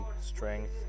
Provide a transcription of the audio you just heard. strength